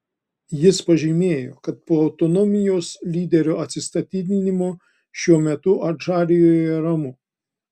jis pažymėjo kad po autonomijos lyderio atsistatydinimo šiuo metu adžarijoje ramu